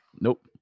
Nope